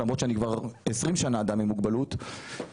למרות שאני כבר 20 שנה אדם עם מוגבלות ואני